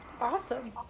Awesome